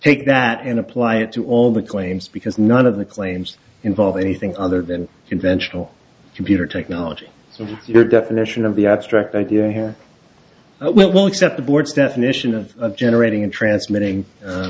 take that and apply it to all the claims because none of the claims involve anything other than conventional computer technology so your definition of the abstract idea here will accept the board's definition of generating and transmitting